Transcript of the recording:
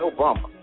Obama